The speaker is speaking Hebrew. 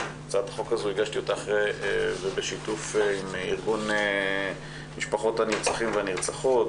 את הצעת החוק הזו הגשתי בשיתוף עם ארגון המשפחות הנרצחים והנרצחות,